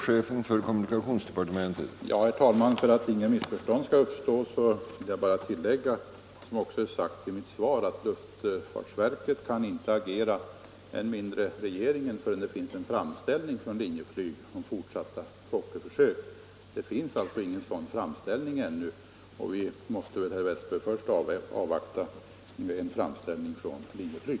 Herr talman! För att inget missförstånd skall uppstå vill jag bara framhålla vad som också är sagt i mitt svar, att luftfartsverket kan inte agera, och än mindre regeringen, förrän det finns en framställning från Linjeflyg om fortsatta Fokkerförsök. Det finns alltså ingen sådan framställning ännu. Vi måste väl, herr Westberg i Ljusdal, avvakta en framställning från Linjeflyg.